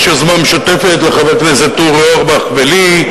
יש יוזמה משותפת לחבר הכנסת אורי אורבך ולי,